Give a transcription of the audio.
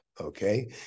Okay